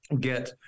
get